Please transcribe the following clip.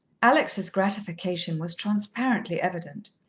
alex's gratification was transparently evident.